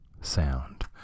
sound